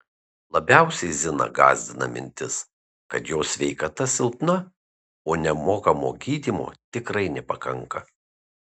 labiausiai ziną gąsdina mintis kad jos sveikata silpna o nemokamo gydymo tikrai nepakanka